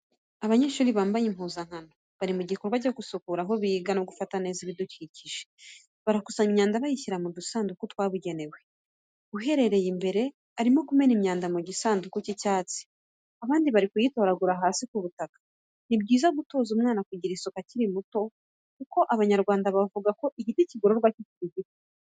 Abanyeshuri bambaye impuzankano bari mu gikorwa cyo gusukura aho biga no gufata neza ibidukikije. Barakusanya imyanda bayishyira mu dusanduku twabugenewe. Uherereye imbere arimo kumena imyanda mu gisanduku cy’icyatsi, abandi bari kuyitoragura hasi ku butaka. Ni byiza gutoza umwana kugira isuku akiri muto kuko abanyarwanda bavuga ko igiti kigororwa kikiri gito.